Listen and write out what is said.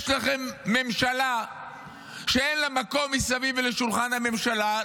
יש לכם ממשלה שאין לה מקום מסביב לשולחן הממשלה,